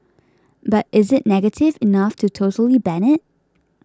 but is it negative enough to totally ban it